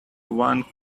one